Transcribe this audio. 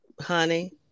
Honey